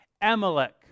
Amalek